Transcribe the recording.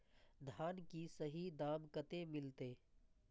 धान की सही दाम कते मिलते?